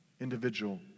individual